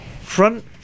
front